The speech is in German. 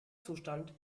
zustand